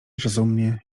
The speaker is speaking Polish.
rozumnie